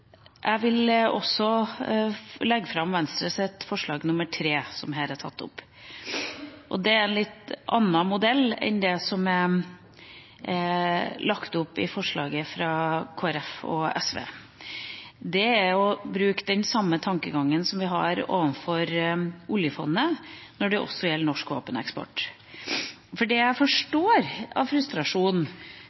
Jeg vil også legge fram Venstres forslag nr. 3. Det er en litt annen modell enn det som det er lagt opp til i forslaget fra Kristelig Folkeparti og SV. Vi bruker den samme tankegangen som vi har overfor oljefondet også når det gjelder norsk våpeneksport. For det jeg forstår av frustrasjonen